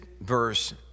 verse